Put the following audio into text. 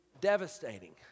devastating